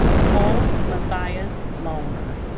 kole mathias loehmer